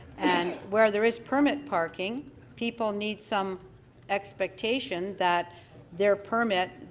and where there is permit parking people need some expectation that their permit